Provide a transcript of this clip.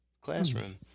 classroom